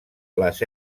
les